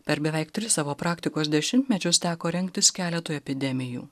per beveik tris savo praktikos dešimtmečius teko rengtis keletui epidemijų